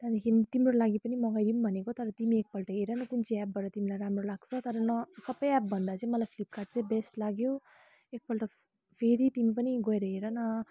त्यहाँदेखि तिम्रो लागि पनि मगाइदिऊँ भनेको तर तिमी एक पल्ट हेर न कुन चाहिँ एपबाट तिमीलाई राम्रो लाग्छ तर न सब एप भन्दा चाहिँ मलाई फ्लिपकार्ट चाहिँ बेस्ट लाग्यो एक पल्ट फेरि तिमी पनि गएर हेर न